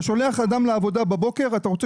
אתה שולח אדם לעבודה בבוקר ואתה רוצה